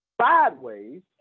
sideways